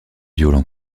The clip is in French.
violent